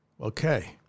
Okay